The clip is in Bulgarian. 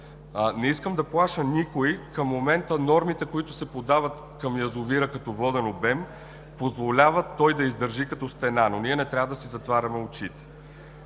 Не искам да плаша никого, но към момента нормите, които се подават към язовира като воден обем, позволяват той да издържи като стена, но ние не трябва да си затваряме очите.